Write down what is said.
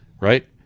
Right